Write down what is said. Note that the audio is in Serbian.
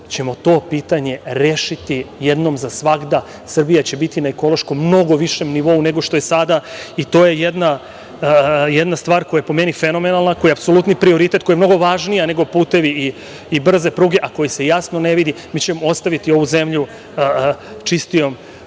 ćemo to pitanje rešiti jednom za svagda, Srbija će biti na ekološki mnogo višem nivou nego što je sada i to je jedna stvar koja je po meni fenomenalna, koja je apsolutni prioritet, koja je mnogo važnija nego putevi i brze pruge, a koji se jasno ne vidi. Mi ćemo ostaviti ovu zemlju čistijom